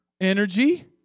energy